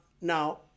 now